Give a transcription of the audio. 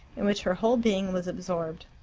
in which her whole being was absorbed.